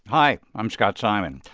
hi. i'm scott simon.